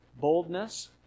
boldness